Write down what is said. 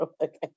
Okay